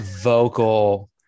vocal